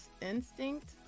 instinct